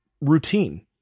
routine